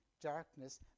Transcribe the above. darkness